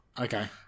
Okay